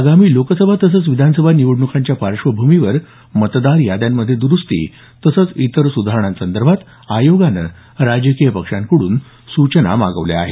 आगामी लोकसभा तसंच विधानसभा निवडण्कांच्या पार्श्वभूमीवर मतदार याद्यांची दुरुस्ती तसंच इतर सुधारणांसंदर्भात आयोगानं राजकीय पक्षांकडून सूचना मागवल्या आहेत